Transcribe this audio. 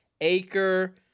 acre